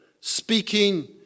speaking